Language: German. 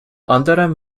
anderem